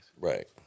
Right